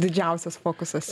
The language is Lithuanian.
didžiausias fokusas